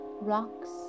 rocks